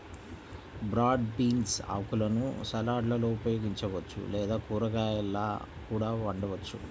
broad beans ఆకులను సలాడ్లలో ఉపయోగించవచ్చు లేదా కూరగాయలా కూడా వండవచ్చు